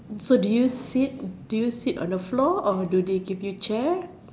so do you seat do you seat on the floor or do they give you chair